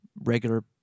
regular